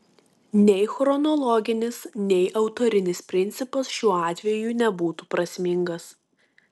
nei chronologinis nei autorinis principas šiuo atveju nebūtų prasmingas